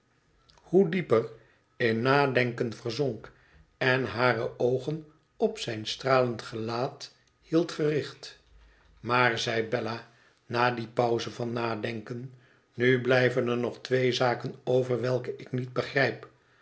wxdsrzijdschs vriend perin nadenken verzonk en hare oogen op zijn stralend gelaat hidd gericht maar zei bella na die pauze van nadenken t nu blijven er nog twee zaken over welke ik niet begrijp